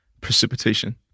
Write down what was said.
Precipitation